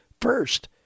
first